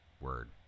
word